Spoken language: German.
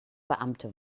beamte